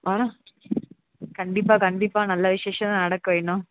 ஆ கண்டிப்பாக கண்டிப்பாக நல்ல விசேஷம் நடக்கும் இன்னும்